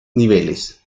niveles